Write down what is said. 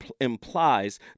implies